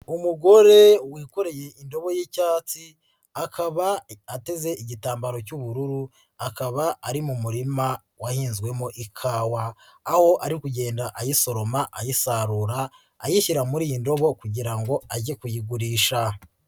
Umugore wikoreye indobo y'icyatsi akaba ateze igitambaro cy'ubururu, akaba ari mu murima wahinzwemo ikawa aho ari kugenda ayisoroma, ayisarura, ayishyira muri iyi ndobo kugira ngo age kuyigurisha.